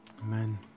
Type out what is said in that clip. Amen